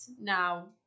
now